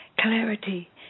clarity